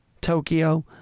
Tokyo